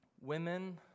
Women